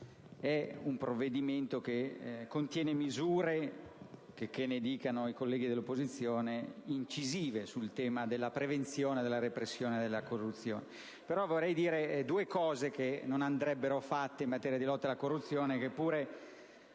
e il provvedimento in esame contiene misure - checché ne dicano i colleghi dell'opposizione - incisive sul tema della prevenzione e della repressione della corruzione.